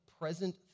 present